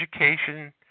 education